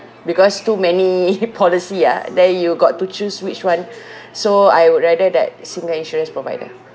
because too many policy ah then you got to choose which [one] so I would rather that single insurance provider